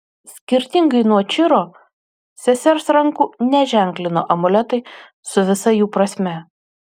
skirtingai nuo čiro sesers rankų neženklino amuletai su visa jų prasme